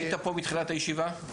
היית פה מתחילת הישיבה?